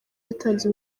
yatanze